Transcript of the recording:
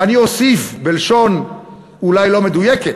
ואני אוסיף בלשון אולי לא מדויקת,